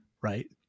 right